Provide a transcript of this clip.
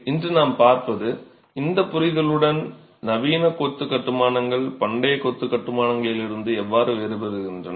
இன்று நாம் பார்ப்பது இந்த புரிதலுடன் நவீன கொத்து கட்டுமானங்கள் பண்டைய கொத்து கட்டுமானங்களிலிருந்து எவ்வாறு வேறுபடுகின்றன